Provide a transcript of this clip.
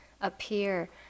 appear